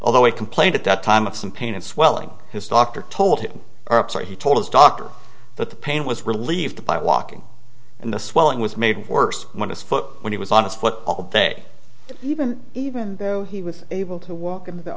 although it complained at the time of some pain and swelling his doctor told him he told his doctor that the pain was relieved by walking in the swelling was made worse when his foot when he was on his foot all day even even though he was able to walk in the